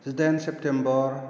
जिदाइन सेप्तेम्बर